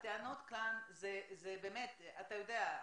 הטענות כאן זה באמת אתה יודע,